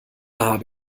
habe